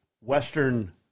Western